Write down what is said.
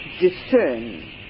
discern